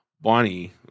Bonnie